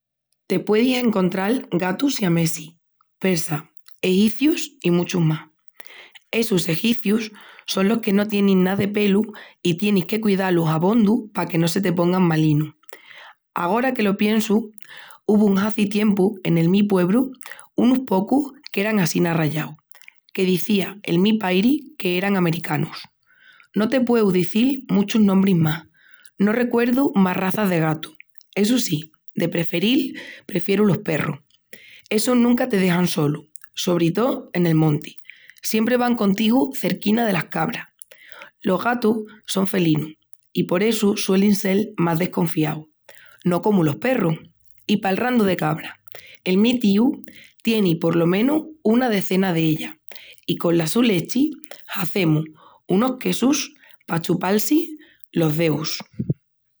Te puedis encontral gatus siamesis, persas, egipcius y muchus más. Essus egipcius son los que no tienin na de pelu i tienis que cuidalus abondu pa que no te se pongan malinus. Agora que lo piensu, hubon hazi tiempu en el mi puebru unus pocus que eran assina rayaus, que dizia el mi pairi que eran americanus. No te pueu dizil muchus nombris más, no recuerdu más razas de gatu. Essu si, de preferil, prefieru los perrus. Essus nunca te dejan solu, sobri tó en el monti, siempri van contigu cerquina de las cabras. Los gatus son felinus y por essu suelin sel más desconfiaus, no comu los perrus. I palrandu de cabras, el mi tíu tieni por lo menus una dezena d´ellas, i con la su lechi, hazemus unus quessus pa chupalsi los deus.